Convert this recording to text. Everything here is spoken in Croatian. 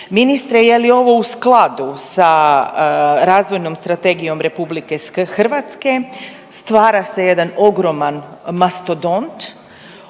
Ministre je li ovo u skladu sa razvojnom strategijom RH? Stvara se jedan ogroman mastodont